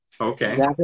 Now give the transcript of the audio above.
Okay